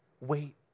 Wait